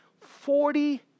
Forty